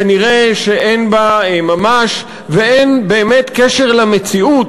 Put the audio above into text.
כנראה אין בה ממש ואין באמת קשר בין המציאות